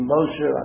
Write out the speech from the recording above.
Moshe